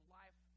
life